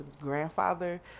grandfather